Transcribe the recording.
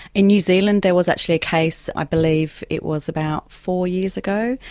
in new zealand there was actually a case, i believe it was about four years ago,